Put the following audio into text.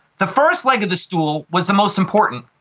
the first leg of the stool was the most important,